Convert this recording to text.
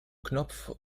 knopf